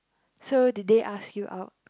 so did they ask you out